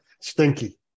stinky